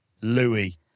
Louis